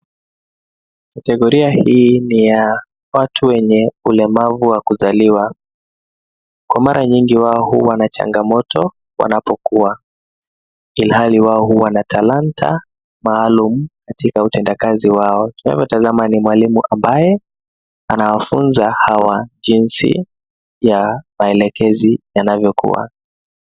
Kategoria hii ni ya watu wenye ulemavu wa kuzaliwa. Kwa mara nyingi wao huwa na changamoto wanapokua, ilihali wao huwa na talanta maalumu katika utendakazi wao. Tunavyotazama ni mwalimu ambaye anawafunza hawa jinsi ya maelekezi yanavyokua.